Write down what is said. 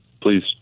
please